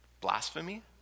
blasphemy